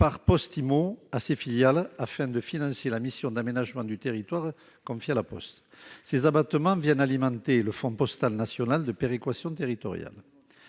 par Poste Immo et ses filiales, afin de financer la mission d'aménagement du territoire confiée à La Poste. Ces abattements viennent alimenter le Fonds postal national de péréquation territoriale.